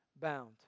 bound